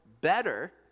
better